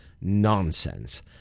nonsense